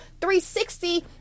360